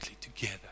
together